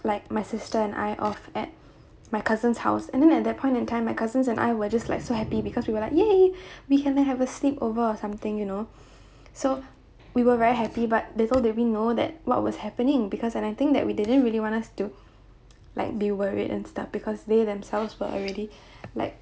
like my sister and I off at my cousin's house and then at that point in time my cousins and I will just like so happy because we were like !yay! we can like have a sleep over or something you know so we were very happy but little that we know that what was happening because and I think that we didn't really want us to like be worried and stuff because they themselves were already like